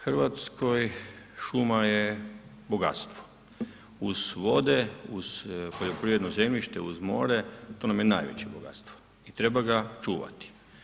Hrvatskoj šuma je bogatstvo, uz vode, uz poljoprivredno zemljište, uz more, to nam je najveće bogatstvo i treba ga čuvati.